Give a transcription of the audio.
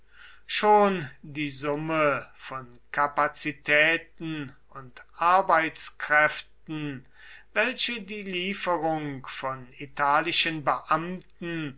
schon die summe von kapazitäten und arbeitskräften welche die lieferung von italischen beamten